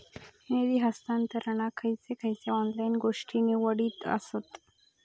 निधी हस्तांतरणाक खयचे खयचे ऑनलाइन गोष्टी निगडीत आसत?